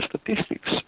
statistics